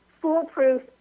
foolproof